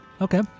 okay